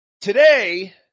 today